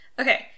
Okay